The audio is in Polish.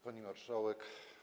Pani Marszałek!